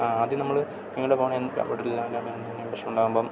ആദ്യം നമ്മൾ നിങ്ങളുടെ ഫോൺ എവിടെയെല്ലാ പ്രശ്നമുണ്ടാകുമ്പം